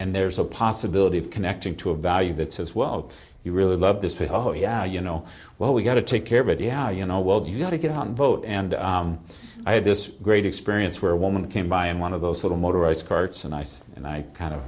and there's a possibility of connecting to a value that says well you really love this you know well we got to take care of it yeah you know well you got to get on the boat and i had this great experience where a woman came by in one of those little motorized carts and ice and i kind of